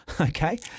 Okay